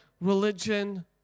religion